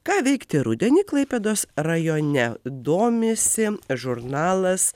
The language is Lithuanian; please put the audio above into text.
ką veikti rudenį klaipėdos rajone domisi žurnalas